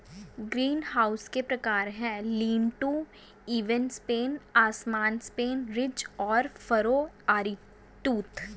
greenhouse के प्रकार है, लीन टू, इवन स्पेन, असमान स्पेन, रिज और फरो, आरीटूथ